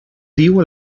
diu